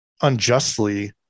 unjustly